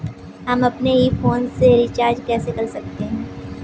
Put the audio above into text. हम अपने ही फोन से रिचार्ज कैसे कर सकते हैं?